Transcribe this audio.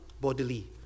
bodily